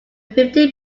fifty